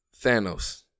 Thanos